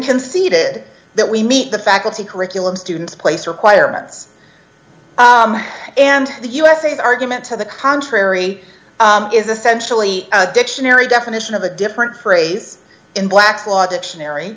conceded that we meet the faculty curriculum students place requirements and the u s a s argument to the contrary is essentially a dictionary definition of a different phrase in black's law dictionary